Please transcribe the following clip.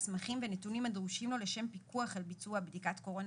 מסמכים ונתונים הדרושים לו לשם פיקוח על ביצוע בדיקת קורונה